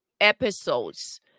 episodes